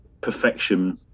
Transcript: perfection